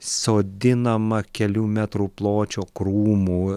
sodinama kelių metrų pločio krūmų